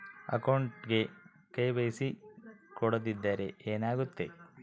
ಅಕೌಂಟಗೆ ಕೆ.ವೈ.ಸಿ ಕೊಡದಿದ್ದರೆ ಏನಾಗುತ್ತೆ?